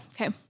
Okay